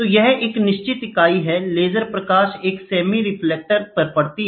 तो यह एक निश्चित इकाई है लेजर प्रकाश एक सेमी रिफ्लेक्टिव पर पड़ती है